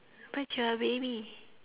but you're a baby